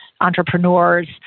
entrepreneurs